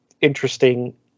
interesting